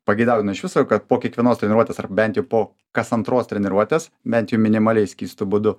pageidautina iš viso kad po kiekvienos treniruotės ar bent jau po kas antros treniruotės bent jau minimaliai skystu būdu